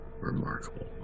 Remarkable